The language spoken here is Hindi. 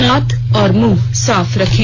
हाथ और मुंह साफ रखें